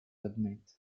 admit